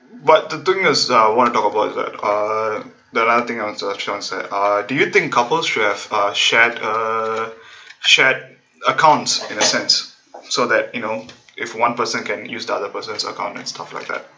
but the thing as uh what I want to talk about is that uh another thing which I want to ask is that uh do you think couples should have uh shared uh shared accounts in a sense so that you know if one person can use the other person's account and stuff like that